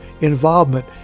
involvement